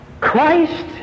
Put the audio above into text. Christ